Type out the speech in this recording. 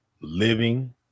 living